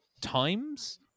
times